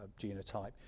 genotype